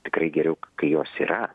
tikrai geriau kai jos yra